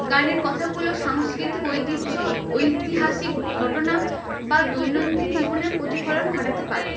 গানের কথাগুলো সাংস্কৃতিক ঐতিহ্য ঐতিহাসিক ঘটনা বা দৈনন্দিন জীবনের প্রতিফলন ঘটাতে পারে